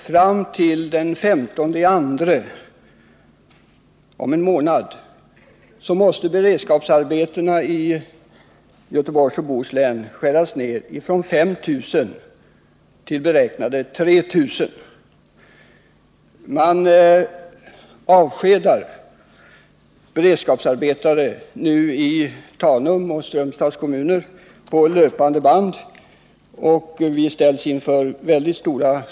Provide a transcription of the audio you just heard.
Fram till den 15 februari måste beredskapsarbetena i Göteborgs och Bohus län skäras ned från 5 000 till beräknade 3 000. Man avskedar nu på löpande band beredskapsarbetare i Tanums och Strömstads kommuner, och svårigheterna framöver kommer att bli stora.